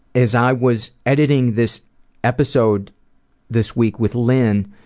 as i was editing this episode this week with lynn,